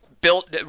built –